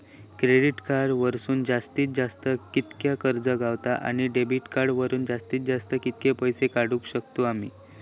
Credit card वरसून जास्तीत जास्त कितक्या कर्ज गावता, आणि डेबिट कार्ड वरसून जास्तीत जास्त कितके पैसे काढुक शकतू आम्ही?